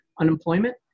unemployment